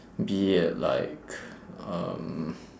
be it like um